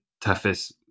toughest